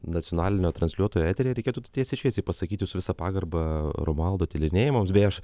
nacionalinio transliuotojo eteryje reikėtų tiesiai šviesiai pasakyt jus su visa pagarba romualdo tyrinėjimams beje aš